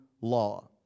law